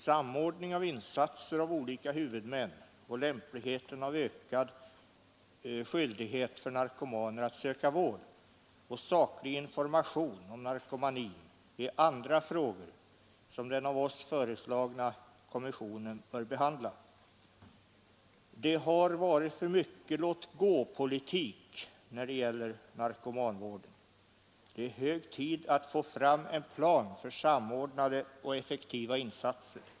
Samordning av insatser av olika huvudmän och lämpligheten av ökad skyldighet för narkomaner att söka vård samt saklig information om narkomanin är andra frågor som den av oss föreslagna kommissionen bör behandla. Det har varit för mycket låtgåpolitik när det gäller narkomanvården. Det är hög tid att få fram en plan för samordnade och effektiva insatser.